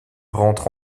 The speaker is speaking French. rentre